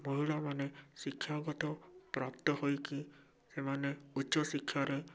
ମହିଳାମାନେ ଶିକ୍ଷାଗତ ପ୍ରାପ୍ତ ହୋଇକି ସେମାନେ ଉଚ୍ଚଶିକ୍ଷାରେ